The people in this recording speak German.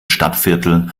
stadtviertel